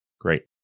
Great